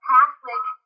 Catholic